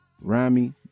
Rami